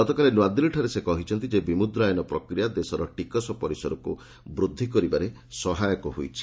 ଗତକାଲି ନୂଆଦିଲ୍ଲୀଠାରେ ସେ କହିଛନ୍ତି ଯେ ବିମୁଦ୍ରାୟନ ପ୍ରକ୍ରିୟା ଦେଶର ଟିକସ ପରିସରକୁ ବୃଦ୍ଧି କରିବାରେ ସହାୟକ ହୋଇଛି